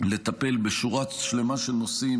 לטפל בשורה שלמה של נושאים,